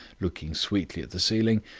looking sweetly at the ceiling.